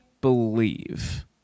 believe